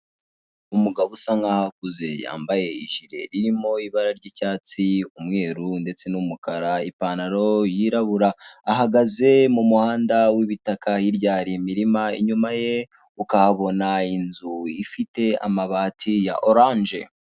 Umugabo usa nk'aho akuze yambaye ijire irimo ibara ry'icyatsi, umweru ndetse n'umukara n'ipantalo yirabura ahagaze mu muhanda w'ibitaka hirya hari imirima inyuma ye ukahabona inzu ifite amabati ya oranje.